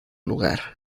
lugar